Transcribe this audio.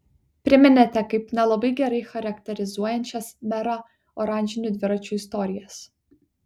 priminėte kaip nelabai gerai charakterizuojančias merą oranžinių dviračių istorijas